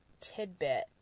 tidbit